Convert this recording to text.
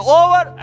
over